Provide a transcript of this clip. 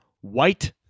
white